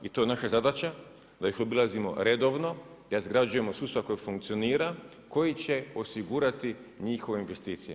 I to je naša zadaća da ih obilazimo redovno, razgrađujemo sustav koji funkcionira koji će osigurati njihove investicije.